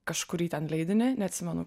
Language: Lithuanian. kažkurį ten leidinį neatsimenu